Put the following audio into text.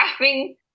laughing